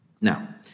Now